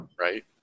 Right